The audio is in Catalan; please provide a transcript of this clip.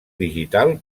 digital